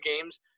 games